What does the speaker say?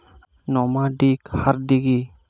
Nomadic hardy কি?